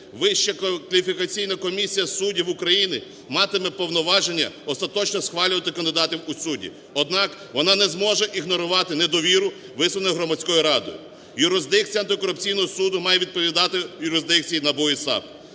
Вища кваліфікаційна комісія суддів України матиме повноваження остаточно схвалювати кандидатів у судді, однак вона не зможе ігнорувати недовіру, висунутою Громадською радою. Юрисдикція Антикорупційного суду має відповідати юрисдикції НАБУ і САП.